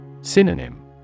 Synonym